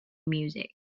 music